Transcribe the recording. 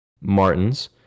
Martins